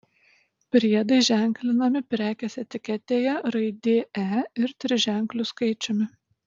priedai ženklinami prekės etiketėje raidė e ir triženkliu skaičiumi